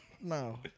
No